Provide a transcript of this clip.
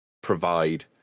provide